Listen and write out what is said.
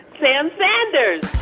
sam sanders